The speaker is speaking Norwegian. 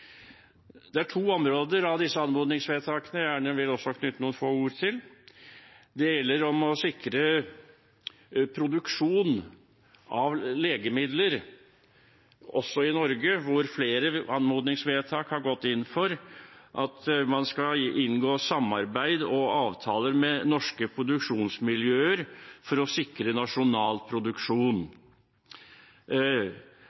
Det er to områder vedrørende disse anmodningsvedtakene jeg gjerne vil knytte noen få ord til. Det ene gjelder å sikre produksjon av legemidler også i Norge. Man har i flere anmodningsvedtak gått inn for at man skal inngå samarbeid og avtaler med norske produksjonsmiljøer for å sikre nasjonal produksjon.